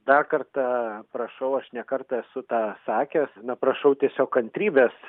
dar kartą prašau aš ne kartą esu tą sakęs na prašau tiesiog kantrybės